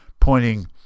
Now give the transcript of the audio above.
pointing